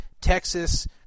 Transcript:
Texas